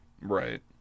Right